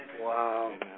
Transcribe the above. Wow